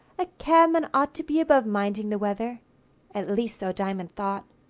a cabman ought to be above minding the weather at least so diamond thought.